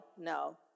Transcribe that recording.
no